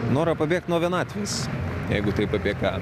norą pabėgt nuo vienatvės jeigu taip apie ką